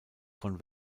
von